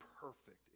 perfect